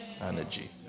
energy